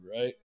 right